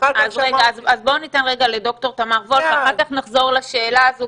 אז ניתן לד"ר תמר וולף ואחר כך נחזור לשאלה הזו